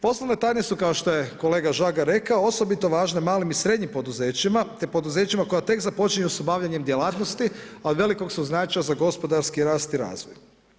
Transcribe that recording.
Poslovne tajne su kao što je kolega Žagar rekao osobito važne malim i srednjim poduzećima te poduzećima koja tek započinju s obavljanjem djelatnosti a od velikog su značaja za gospodarski rast i razvoj.